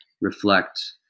reflect